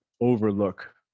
overlook